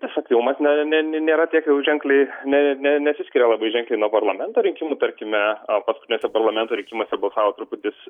visokių mat nėra tiek jau ženkliai ne ne nesiskiria labai ženkliai nuo parlamento rinkimų tarkime paskutiniuose parlamento rinkimuose balsavo truputis